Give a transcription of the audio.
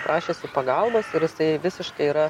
prašėsi pagalbos ir jisai visiškai yra